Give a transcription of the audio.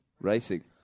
Racing